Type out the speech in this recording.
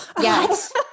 Yes